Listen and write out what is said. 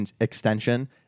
extension